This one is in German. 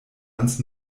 ans